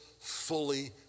fully